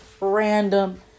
random